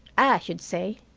i should say,